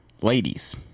Ladies